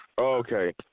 Okay